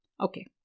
Okay